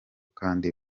kandi